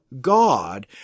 God